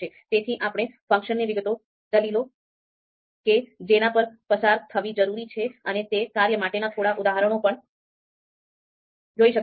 તેથી આપણે ફંકશનની વિગતો દલીલો કે જેના પર પસાર થવી જરૂરી છે અને તે કાર્ય માટેના થોડા ઉદાહરણો પણ જોઈ શકીશું